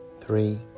Three